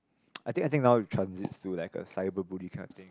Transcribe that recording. I think I think now it transits to like a cyber bully kind of thing